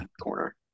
corner